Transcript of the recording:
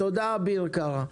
תודה, אביר קארה.